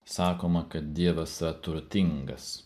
sakoma kad dievas turtingas